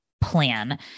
plan